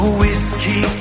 whiskey